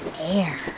air